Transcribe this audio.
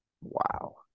Wow